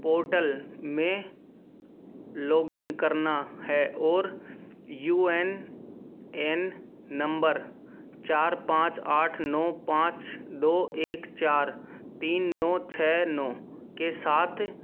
portal में login करना है और यू ए एन नम्बर चार पाँच आठ नौ पाँच दो एक चार तीन नौ छः नौ के साथ